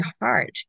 heart